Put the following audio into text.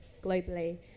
globally